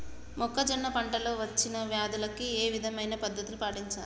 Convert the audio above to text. మొక్కజొన్న పంట లో వచ్చిన వ్యాధులకి ఏ విధమైన పద్ధతులు పాటించాలి?